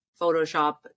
Photoshop